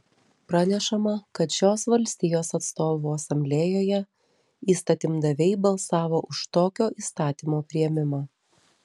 pranešama kad šios valstijos atstovų asamblėjoje įstatymdaviai balsavo už tokio įstatymo priėmimą